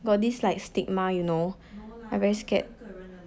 got this like stigma you know I very scared